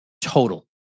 total